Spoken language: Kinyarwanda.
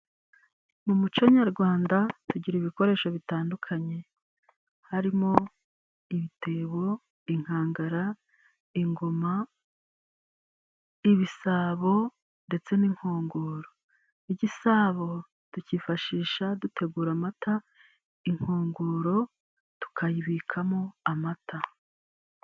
Mu muco nyarwanda tugira ibikoresho bitandukanye. Harimo ibitebo, inkangara, ingoma, ibisabo ndetse n'inkongoro. Igisabo tukifashisha dutegura amata, inkongoro tukayibikamo amata.